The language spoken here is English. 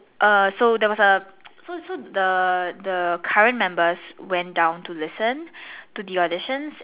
err there was err so so the the current members went down to listen to the auditions